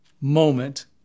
moment